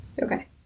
Okay